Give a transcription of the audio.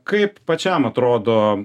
kaip pačiam atrodo